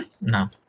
No